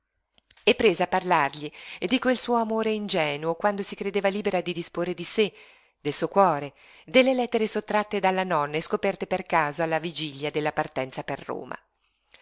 e prese a parlargli di quel suo amore ingenuo quando si credeva libera di disporre di sé del suo cuore delle lettere sottratte dalla nonna e scoperte per caso alla vigilia della partenza per roma